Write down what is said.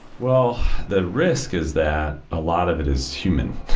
well, the risk is that a lot of it is human.